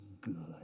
good